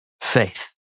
faith